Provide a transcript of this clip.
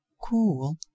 cool